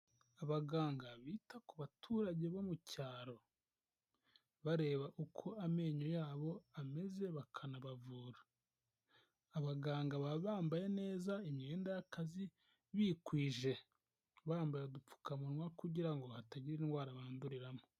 Abaganga bita ku baturage bo mu cyaro, bareba uko amenyo yabo ameze bakanabavura, abaganga baba bambaye neza imyenda y'akazi, bikwije bambaye udupfukamunwa kugira ngo hatagira indwara banduriramo.